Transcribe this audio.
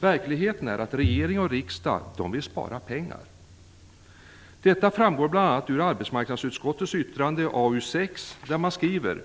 Verkligheten är att regering och riksdag vill spara pengar. Detta framgår bl.a. av arbetsmarknadsutskottets yttrande AU6, där man skriver: